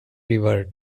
river